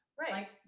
right